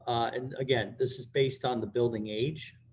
and again, this is based on the building age